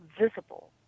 visible